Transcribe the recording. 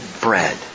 bread